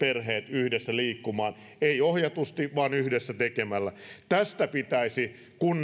yhdessä liikkumaan ei ohjatusti vaan yhdessä tekemällä tästä pitäisi kunnan